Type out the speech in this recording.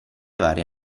varie